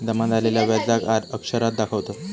जमा झालेल्या व्याजाक आर अक्षरात दाखवतत